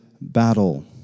battle